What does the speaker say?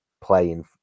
playing